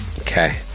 Okay